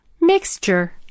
mixture